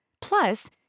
Plus